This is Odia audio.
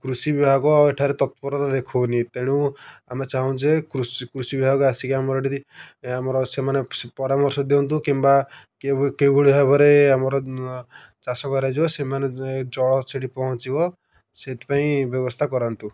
କୃଷି ବିଭାଗ ଆଉ ଏଠାରେ ତତ୍ପରତା ଦେଖାଉନି ତେଣୁ ଆମେ ଚାହୁଁ ଯେ କୃଷି କୃଷି ବିଭାଗ ଆସିକି ଆମର ଯଦି ଆମର ସେମାନେ ସେ ପରାମର୍ଶ ଦିଅନ୍ତୁ କିମ୍ବା କେଉଁଭଳି ଭାବରେ ଆମର ଚାଷ କରାଯିବ ସେମାନେ ଜଳ ସେଠି ପହଞ୍ଚିବ ସେଇଥିପାଇଁ ବ୍ୟବସ୍ଥା କରାନ୍ତୁ